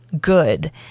good